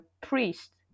priest